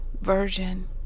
version